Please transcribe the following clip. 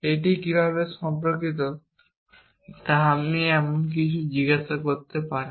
এটি কীভাবে সম্পর্কিত তা আপনি এমন কিছু জিজ্ঞাসা করতে পারেন